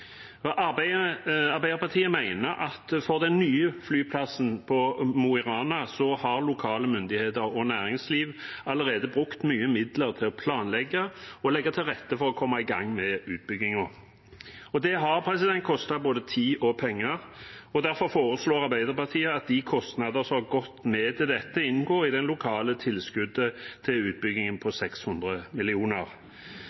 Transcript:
Arbeiderpartiet mener at når det gjelder den nye flyplassen i Mo i Rana, har lokale myndigheter og næringsliv allerede brukt mye midler til å planlegge og legge til rette for å komme i gang med utbyggingen. Det har kostet både tid og penger. Derfor foreslår Arbeiderpartiet at de kostnadene som har gått med til dette, inngår i det lokale tilskuddet til utbyggingen på